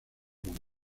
con